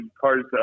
cards